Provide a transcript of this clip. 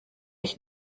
ich